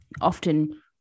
often